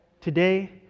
today